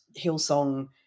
Hillsong